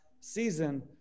season